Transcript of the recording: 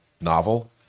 novel